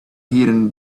hidden